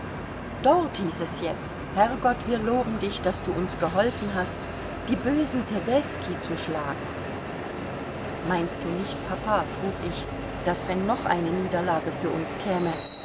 dort hieß es jetzt herr gott wir loben dich daß du uns geholfen hast die bösen tedeschi zu schlagen meinst du nicht papa frug ich daß wenn noch eine niederlage für uns käme